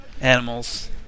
Animals